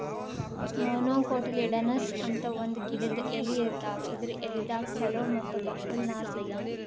monocotyledonous ಅಂತ್ ಒಂದ್ ಗಿಡದ್ ಎಲಿ ಇರ್ತಾವ ಇದರ್ ಎಲಿದಾಗ್ ಚಲೋ ಮತ್ತ್ ಬಕ್ಕುಲ್ ನಾರ್ ಸಿಗ್ತದ್